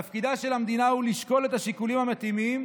תפקידה של המדינה הוא לשקול את השיקולים המתאימים,